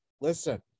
Listen